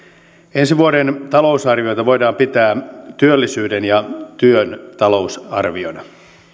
ensi vuoden talousarviota voidaan pitää työllisyyden ja työn talousarviona